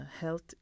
health